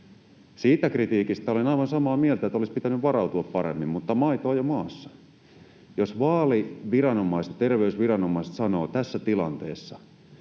Siitä kritiikistä olen aivan samaa mieltä, että olisi pitänyt varautua paremmin. Mutta maito on jo maassa. Jos vaaliviranomaiset ja terveysviranomaiset sanovat tässä tilanteessa,